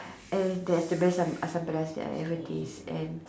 and that's the best Asam-pedas that I've ever taste and